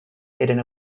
hidden